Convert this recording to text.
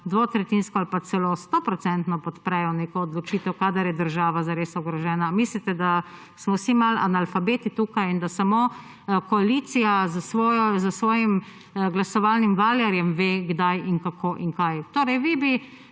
dvotretjinsko ali celo 100-procentno podprejo neko odločitev, kadar je država za res ogrožena? Ali mislite, da smo vsi malo analfabeti tukaj in da samo koalicija s svojim glasovalnim valjarjem ve, kdaj in kako in kaj? Torej vi bi,